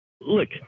Look